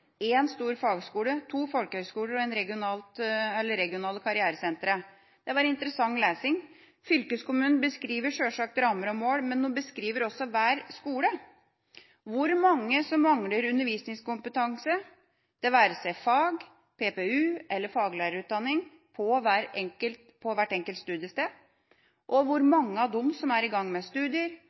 en stor fagskole, to folkehøgskoler og regionale karrieresentre. Det var interessant lesning. Fylkeskommunen beskriver sjølsagt rammer og mål, men den beskriver også hver skole, hvor mange som mangler undervisningskompetanse, det være seg fag, PPU eller faglærerutdanning, på hvert enkelt studiested, hvor mange av dem som er i gang med studier,